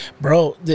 Bro